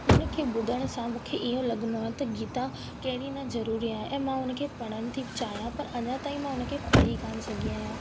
हुन खे ॿुधण सां मूंखे इहो लगंदो आहे त गीता कहिड़ी न ज़रूरी आहे ऐं मां उन खे पढ़नि थी चाहियां त अञा ताईं मां हुन खे पढ़ी कोन सघी आहियां